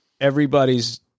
everybody's